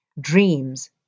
dreams